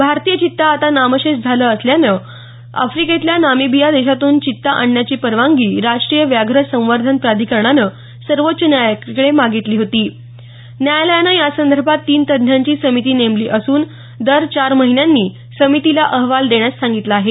भारतीय चित्ता आता नामशेष झाला असल्यानं आफ्रिकेतल्या नामिबिया देशातून चित्ता आणण्याची परवानगी राष्ट्रीय व्याघ्र संवर्धन प्राधिकरणानं सर्वोच्च न्यायालयाकडे मागितली होती न्यायालयानं यासंदर्भात तीन तज्ज्ञांची समिती नेमली असून दर चार महिन्यांनी समितीला अहवाल देण्यास सांगितलं आहे